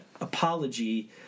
apology